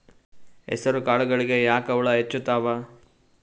ಹೆಸರ ಕಾಳುಗಳಿಗಿ ಯಾಕ ಹುಳ ಹೆಚ್ಚಾತವ?